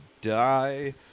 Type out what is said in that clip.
die